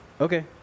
Okay